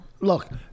Look